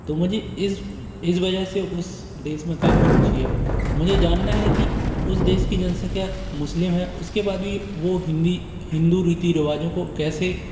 तो मुझे इस इस वजह से उस देश में काफ़ी रुचि है मुझे जानना है कि उस देस की जन संख्या मुस्लिम है उसके बाद भी वो हिंदी हिंदू रीती रिवाज़ों को कैसे